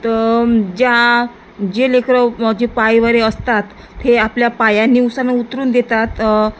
तर ज्या जे लेकरं जे पायवरे असतात ते आपल्या पायाने उसण उतरून देतात